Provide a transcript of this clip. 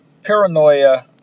paranoia